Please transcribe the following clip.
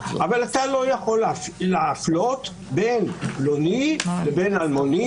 אבל אתה לא יכול להפלות בין פלוני לבין אלמוני,